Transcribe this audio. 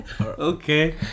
Okay